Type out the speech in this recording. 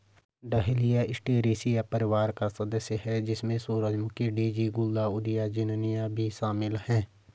dahlia Asteraceae परिवार का सदस्य है, जिसमें सूरजमुखी, डेज़ी, गुलदाउदी, झिननिया भी शामिल है